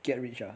get rich ah